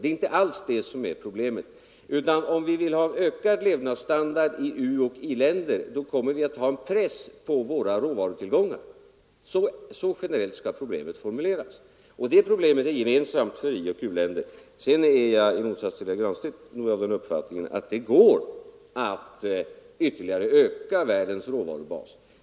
Det är inte alls det som är problemet, utan det är att om vi vill ha en ökad levnadsstandard i uoch i-länder, då kommer vi att ha en press på våra råvarutillgångar. Så generellt skall problemet formuleras, och det är gemensamt för ioch u-länder. I motsats till herr Granstedt har jag den uppfattningen att det går att ytterligare öka världens råvarubas.